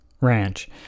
ranch